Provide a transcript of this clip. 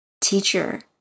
Teacher